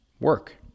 work